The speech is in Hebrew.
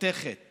חותכת